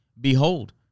Behold